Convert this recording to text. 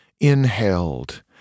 inhaled